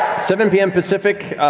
seven pm pacific.